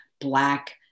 Black